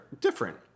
different